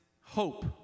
hope